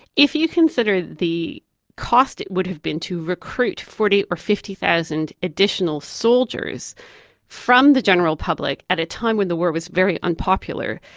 if you consider the cost it would have been to recruit forty thousand or fifty thousand additional soldiers from the general public at a time when the war was very unpopular,